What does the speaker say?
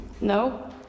No